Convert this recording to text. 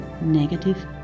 negative